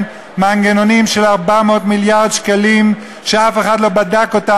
מנגנונים של 400 מיליארד שקלים שאף אחד לא בדק אותם,